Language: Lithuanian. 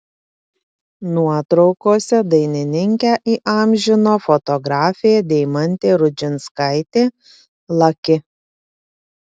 nuotraukose dainininkę įamžino fotografė deimantė rudžinskaitė laki